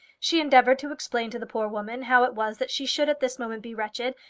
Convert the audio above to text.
she endeavoured to explain to the poor woman how it was that she should at this moment be wretched,